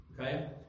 okay